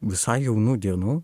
visai jaunų dienų